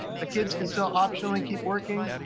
the kids can still optionally keep working.